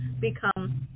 become